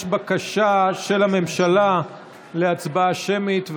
יש בקשה של הממשלה להצבעה שמית,